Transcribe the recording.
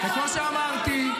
--- וכמו שאמרתי,